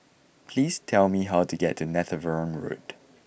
pease tell me how to get to Netheravon Road